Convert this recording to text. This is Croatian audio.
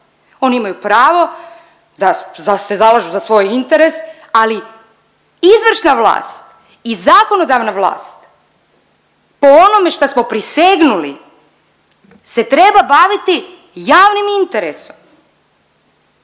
oni imaju pravo da se zalažu za svoj interes, ali izvršna vlast i zakonodavna vlast po onome šta smo prisegnuli se treba baviti javnim interesom,